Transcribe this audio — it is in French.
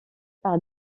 par